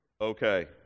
Okay